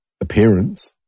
appearance